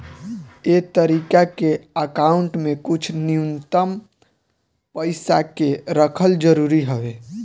ए तरीका के अकाउंट में कुछ न्यूनतम पइसा के रखल जरूरी हवे